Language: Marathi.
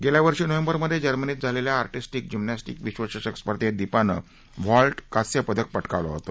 गेल्या वर्षी नोव्हेंबरमधे जर्मनीत झालेल्या आर्टिस्टीक जिम्नॅस्टीक विश्वचषक स्पर्धेत दीपानं व्हॉल्ट कास्यपदक पटकावल होत